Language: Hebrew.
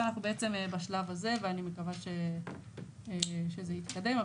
ואנחנו בעצם בשלב הזה, ואני מקווה שזה יתקדם.